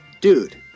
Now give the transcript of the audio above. Dude